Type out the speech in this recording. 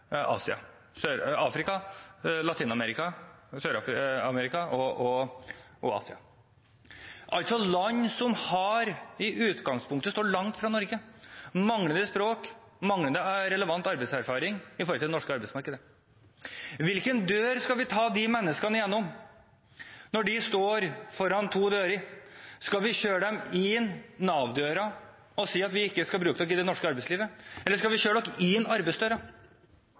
Asia, altså land som i utgangspunktet står langt fra Norge – manglende språk, manglende relevant arbeidserfaring i forhold til det norske arbeidsmarkedet. Hvilken dør skal vi ta de menneskene igjennom når de står foran to dører? Skal vi kjøre dem inn Nav-døra og si at vi ikke skal bruke dem i det norske arbeidslivet, eller skal vi kjøre